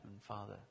Father